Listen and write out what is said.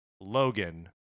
Logan